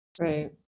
right